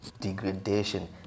degradation